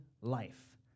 life